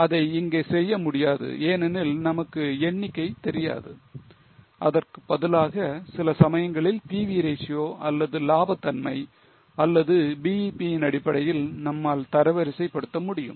அதை இங்கே செய்ய முடியாது ஏனெனில் நமக்கு எண்ணிக்கை தெரியாது அதற்குப் பதிலாக சில சமயங்களில் PV ratio அல்லது லாபதன்மை அல்லது BEP இன் அடிப்படையில் நம்மால் தரவரிசை படுத்த முடியும்